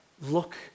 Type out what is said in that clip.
look